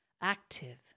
active